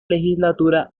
legislatura